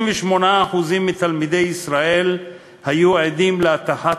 38% מתלמידי ישראל היו עדים להטחת